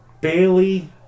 Bailey